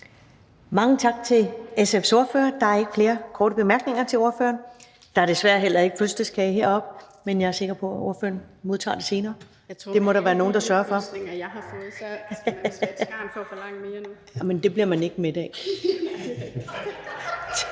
Mange tak til SF's ordfører. Der er ikke flere korte bemærkninger til ordføreren. Der er desværre heller ikke fødselsdagskage heroppe, men jeg er sikker på, at ordføreren får det senere – det må der være nogle der sørger for. Tak til SF's ordfører.